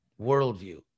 worldview